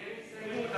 לי אין הסתייגות.